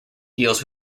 deals